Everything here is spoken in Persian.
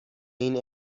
این